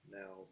now